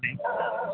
जी